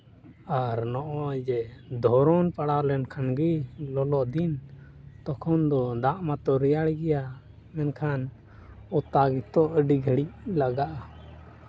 ᱟᱨ ᱱᱚᱜᱼᱚᱭ ᱡᱮ ᱫᱷᱚᱨᱚᱱ ᱯᱟᱲᱟᱣ ᱞᱮᱱᱠᱷᱟᱱ ᱜᱮ ᱞᱚᱞᱚ ᱫᱤᱱ ᱛᱚᱠᱷᱚᱱ ᱫᱚ ᱫᱟᱜ ᱢᱟᱛᱚ ᱨᱮᱭᱟᱲ ᱜᱮᱭᱟ ᱢᱮᱱᱠᱷᱟᱱ ᱚᱛᱟ ᱜᱮᱛᱚ ᱟᱹᱰᱤ ᱜᱷᱟᱹᱲᱤᱡ ᱞᱟᱜᱟᱜᱼᱟ